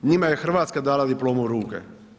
Njima je Hrvatska dala diplomu u ruke.